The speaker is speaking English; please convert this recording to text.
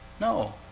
No